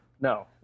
no